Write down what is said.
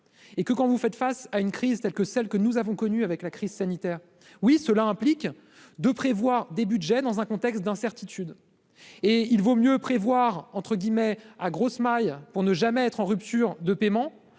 Et que quand vous faites face à une crise telle que celle que nous avons connu avec la crise sanitaire, oui, cela implique de prévoir des Budgets dans un contexte d'incertitude et il vaut mieux prévoir entre guillemets à grosses mailles pour ne jamais être en rupture de paiement,